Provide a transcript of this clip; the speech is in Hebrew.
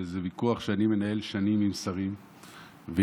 וזה ויכוח שאני מנהל שנים עם שרים ועם